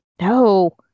No